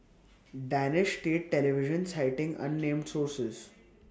danish state television citing unnamed sources